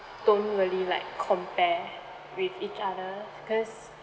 don't really like compare with each other because